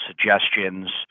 suggestions